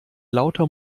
lauter